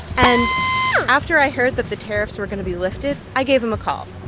and after i heard that the tariffs were going to be lifted, i gave him a call.